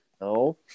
No